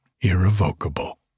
irrevocable